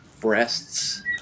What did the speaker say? breasts